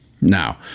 now